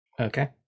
Okay